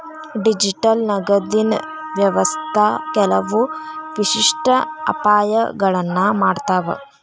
digital ನಗದಿನ್ ವ್ಯವಸ್ಥಾ ಕೆಲವು ವಿಶಿಷ್ಟ ಅಪಾಯಗಳನ್ನ ಮಾಡತಾವ